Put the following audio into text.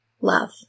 love